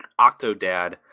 Octodad